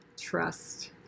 Trust